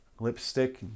Lipstick